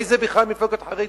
מי הן בכלל המפלגות החרדיות?